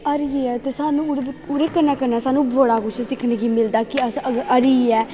हारियै ते ओह्दै कन्नै कन्नै सा नूं बड़ा किश सिक्खने गी मिलदा कि अगर अस हारियै